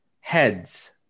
heads